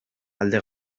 alde